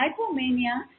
hypomania